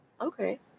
Okay